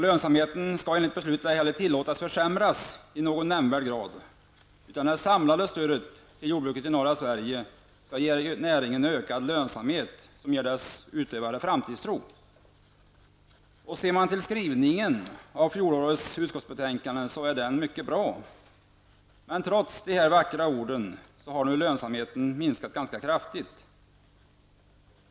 Lönsamheten skall enligt beslutet inte heller tillåtas att försämras i någon nämnvärd grad, utan det samlade stödet till jordbruket i norra Sverige skall ge näringen en ökad lönsamhet som ger dess utövare framtidstro. Skrivningen i fjolårets utskottsbetänkande är mycket bra. Men trots dessa vackra ord har lönsamheten minskat ganska kraftigt.